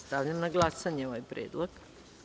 Stavljam na glasanje ovaj predlog.